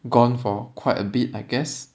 gone for quite a bit I guess